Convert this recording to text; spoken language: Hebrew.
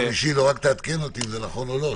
פשוט --- רק תעדכן אותי אם זה נכון או לא.